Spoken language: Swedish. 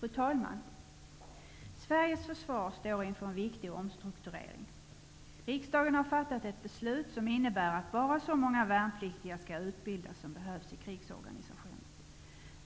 Fru talman! Sveriges försvar står inför en viktig omstrukturering. Riksdagen har fattat ett beslut som innebär att bara så många värnpliktiga skall utbildas som behövs i krigsorganisationen.